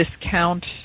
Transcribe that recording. discount